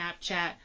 Snapchat